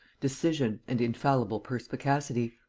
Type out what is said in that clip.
decision and infallible perspicacity.